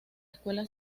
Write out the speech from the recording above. escuela